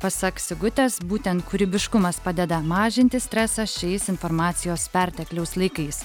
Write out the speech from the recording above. pasak sigutės būtent kūrybiškumas padeda mažinti stresą šiais informacijos pertekliaus laikais